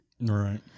Right